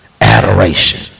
adoration